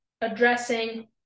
addressing